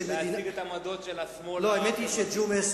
להציג את העמדות של השמאל החברתי.